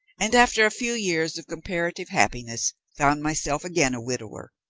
and after a few years of comparative happiness, found myself again a widower,